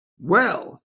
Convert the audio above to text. well